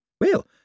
Well